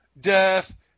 death